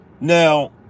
Now